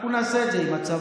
אנחנו נעשה את זה עם הצבא.